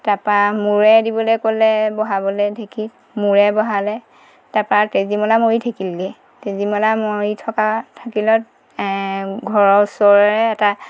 তাপা মূৰেৰে দিবলৈ ক'লে বহাবলৈ ঢেঁকীত মূৰে বহালে তাৰপা তেজীমলা মৰি থাকিলগৈ তেজীমলা মৰি থকা থাকিলত ঘৰৰ ওচৰৰে এটা